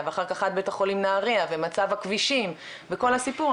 ואחר כך עד בית החולים נהריה ומצב הכבישים וכל הסיפור,